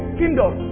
kingdom